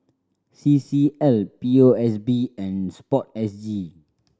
C C L P O S B and SPORTSG